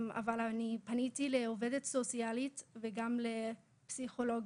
אבל אני פניתי לעובדת הסוציאלית וגם לפסיכולוגית